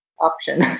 option